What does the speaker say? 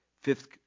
fifth